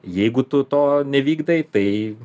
jeigu tu to nevykdai tai